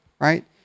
right